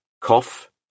cough